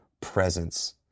presence